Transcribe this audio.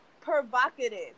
provocative